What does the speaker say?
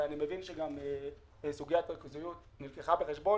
אני מבין שסוגיית הריכוזיות גם נלקחה בחשבון.